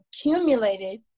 accumulated